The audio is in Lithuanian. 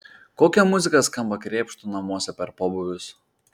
kokia muzika skamba krėpštų namuose per pobūvius